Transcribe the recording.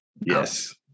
yes